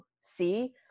See